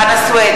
נגד חנא סוייד,